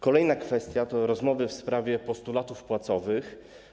Kolejna kwestia to rozmowy w sprawie postulatów płacowych.